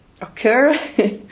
occur